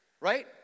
right